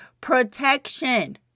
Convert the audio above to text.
protection